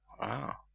Wow